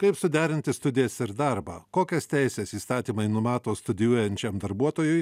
kaip suderinti studijas ir darbą kokias teises įstatymai numato studijuojančiam darbuotojui